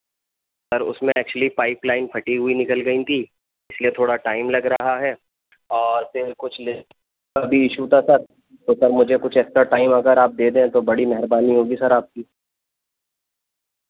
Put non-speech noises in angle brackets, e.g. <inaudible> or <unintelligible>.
سر اس میں actually pipeline پھٹی ہوئی نکل گئی تھی اس لیے تھوڑا ٹائم لگ رہا ہے اور پھر کچھ <unintelligible> کا بھی ایشو تھا سر تو سر مجھے کچھ ایکسٹرا ٹائم اگر آپ دے دیں تو بڑی مہربانی ہوگی سر آپ کی